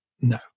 no